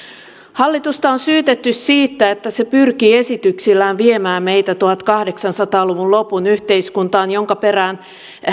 hallitusta on syytetty siitä että se pyrkii esityksillään viemään meitä tuhatkahdeksansataa luvun lopun yhteiskuntaan jonka perään